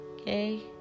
Okay